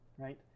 Right